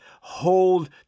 hold